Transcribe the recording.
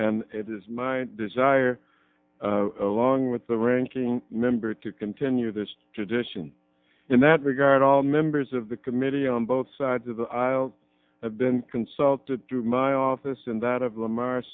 and it is my zire along with the ranking member to continue this tradition in that regard all members of the committee on both sides of the aisle have been consulted to my office and that of lamar